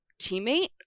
teammate